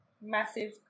Massive